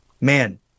man